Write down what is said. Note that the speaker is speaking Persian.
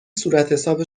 صورتحساب